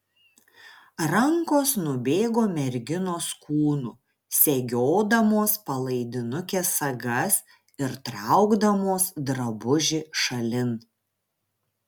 rankos nubėgo merginos kūnu segiodamos palaidinukės sagas ir traukdamos drabužį šalin